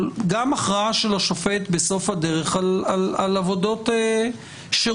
גם הכרעה של השופט בסוף הדרך על עבודות שירות,